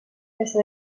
festa